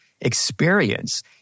experience